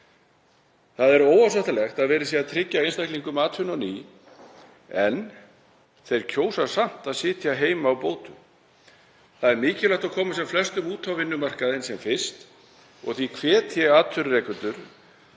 Það er óásættanlegt að verið sé að tryggja einstaklingum atvinnu á ný en að þeir kjósi samt að sitja heima á bótum. Það er mikilvægt að koma sem flestum út á vinnumarkaðinn sem fyrst og því hvet ég atvinnurekendur